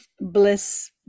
bliss